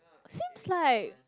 seems like